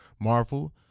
marvel